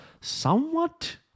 somewhat